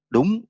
Đúng